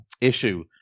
issue